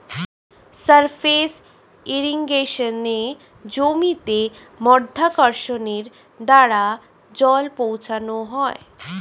surface ইর্রিগেশনে জমিতে মাধ্যাকর্ষণের দ্বারা জল পৌঁছানো হয়